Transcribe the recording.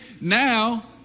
Now